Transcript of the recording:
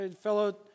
fellow